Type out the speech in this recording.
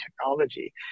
technology